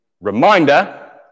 reminder